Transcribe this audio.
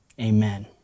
amen